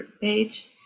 page